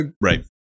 right